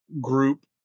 group